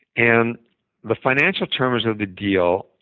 and the financial terms of the deal,